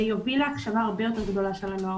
יוביל להקשבה הרבה יותר גדולה של הנוער.